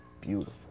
beautiful